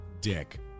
Dick